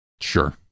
Sure